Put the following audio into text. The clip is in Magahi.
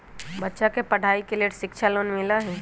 बच्चा के पढ़ाई के लेर शिक्षा लोन मिलहई?